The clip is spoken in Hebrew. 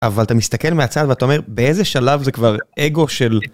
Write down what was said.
אבל אתה מסתכל מהצד ואתה אומר, באיזה שלב זה כבר אגו של...